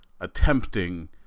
attempting